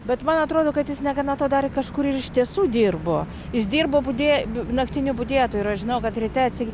bet man atrodo kad jis negana to dar i kažkur ir iš tiesų dirbo jis dirbo budė naktiniu budėtoju ir aš žinau kad ryte atsi